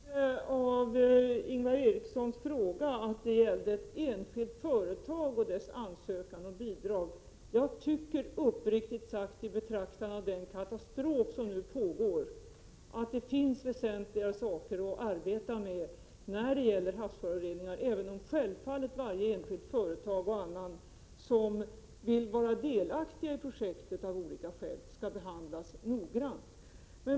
Fru talman! Det framgick inte av Ingvar Erikssons fråga att det gällde ett enskilt företag och dess ansökan om bidrag. I betraktande av den katastrof som nu pågår tycker jag att det finns väsentligare saker att arbeta med när det gäller havsföroreningar, även om självfallet varje enskilt företag och andra som av olika skäl vill vara med i projekt skall behandlas noggrant.